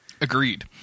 Agreed